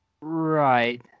right